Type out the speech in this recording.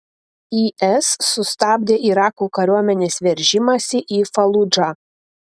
is sustabdė irako kariuomenės veržimąsi į faludžą